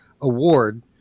award